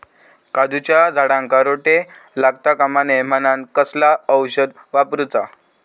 काजूच्या झाडांका रोटो लागता कमा नये म्हनान कसला औषध वापरूचा?